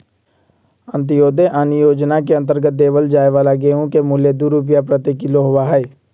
अंत्योदय अन्न योजना के अंतर्गत देवल जाये वाला गेहूं के मूल्य दु रुपीया प्रति किलो होबा हई